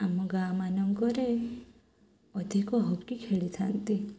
ଆମ ଗାଁ ମାନଙ୍କରେ ଅଧିକ ହକି ଖେଳିଥାନ୍ତି